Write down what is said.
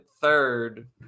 third